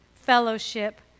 fellowship